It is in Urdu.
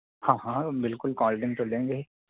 ہاں ہاں بالکل کولڈ ڈرنک تو لیں گے ہی